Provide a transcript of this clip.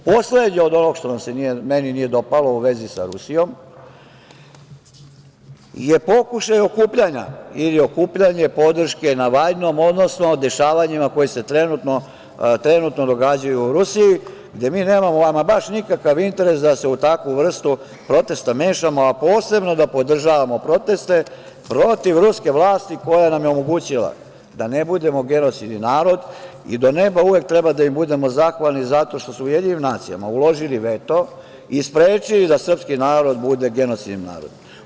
Poslednje od onog što se meni nije dopalo u vezi sa Rusijom je pokušaj okupljanja ili okupljanje podrške Navaljnom, odnosno dešavanja koja se trenutno događaju u Rusiji, gde mi nemamo ama baš nikakav interes da se u takvu vrstu protesta mešamo, a posebno da podržavamo proteste protiv ruske vlasti koja nam je omogućila da ne budemo genocidan narod i do neba uvek treba da im budemo zahvalni zato što su u Ujedinjenim nacijama uložili veto i sprečili da srpski narod bude genocidan narod.